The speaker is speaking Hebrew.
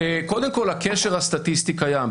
קודם כול, הקשר הסטטיסטי קיים.